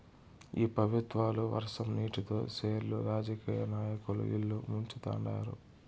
ఈ పెబుత్వాలు వర్షం నీటితో సెర్లు రాజకీయ నాయకుల ఇల్లు ముంచుతండారు